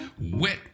Wet